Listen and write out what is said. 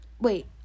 Wait